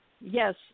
Yes